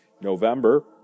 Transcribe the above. November